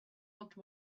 looked